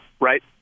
right